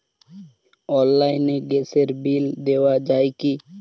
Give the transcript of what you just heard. অনলাইনে গ্যাসের বিল দেওয়া যায় কি?